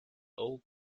old